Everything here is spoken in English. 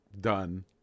done